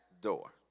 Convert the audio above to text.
door